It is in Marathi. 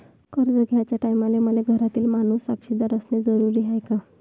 कर्ज घ्याचे टायमाले मले घरातील माणूस साक्षीदार असणे जरुरी हाय का?